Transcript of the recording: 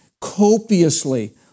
copiously